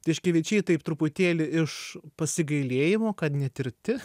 tiškevičiai taip truputėlį iš pasigailėjimo kad netirti